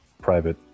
private